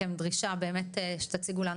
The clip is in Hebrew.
כאילו יש לנו מכם דרישה באמת שתציגו לנו